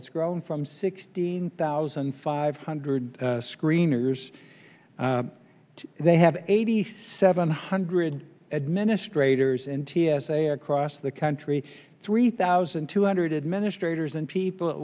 it's grown from sixteen thousand five hundred screeners they have eighty seven hundred administrators in t s a across the country three thousand two hundred administrators and people